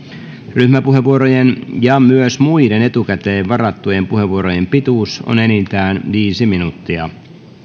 ryhmäpuheenvuorojen ja myös muiden etukäteen varattujen puheenvuorojen pituus on enintään viisi minuuttia